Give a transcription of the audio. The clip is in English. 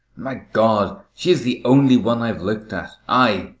my god! she is the only one i've looked at i,